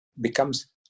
becomes